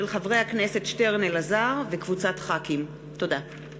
מאת חבר הכנסת אמנון כהן, הצעת חוק לידה בבית